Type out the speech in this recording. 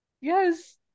Yes